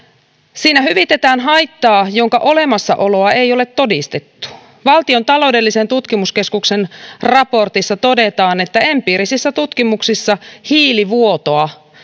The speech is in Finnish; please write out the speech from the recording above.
siinä hyvitetään haittaa jonka olemassaoloa ei ole todistettu valtion taloudellisen tutkimuskeskuksen raportissa todetaan että empiirisissä tutkimuksissa hiilivuotoa